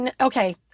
Okay